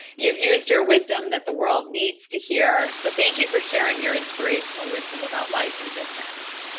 you've used your wisdom that the world needs to hear, so thank you for sharing your inspirational wisdom about life in business.